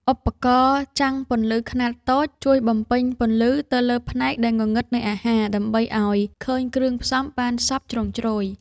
ឧបករណ៍ចាំងពន្លឺខ្នាតតូច ជួយបំពេញពន្លឺទៅលើផ្នែកដែលងងឹតនៃអាហារ ដើម្បីឱ្យឃើញគ្រឿងផ្សំបានសព្វជ្រុងជ្រោយ។